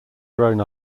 grown